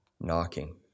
knocking